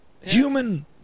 Human